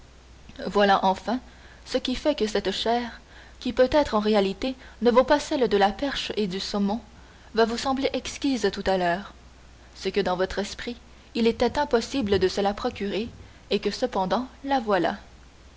voilà enfin ce qui fait que cette chair qui peut-être en réalité ne vaut pas celle de la perche et du saumon va vous sembler exquise tout à l'heure c'est que dans votre esprit il était impossible de se la procurer et que cependant la voilà